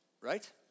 Right